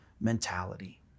mentality